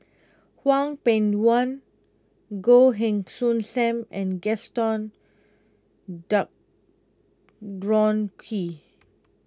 Hwang Peng Yuan Goh Heng Soon Sam and Gaston Dutronquoy